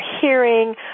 hearing